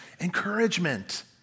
Encouragement